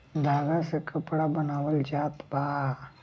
धागा से कपड़ा बनावल जात बा